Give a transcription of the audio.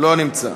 לא נמצא,